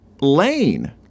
Lane